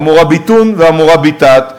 ה"מוראביטון" וה"מוראביטאת",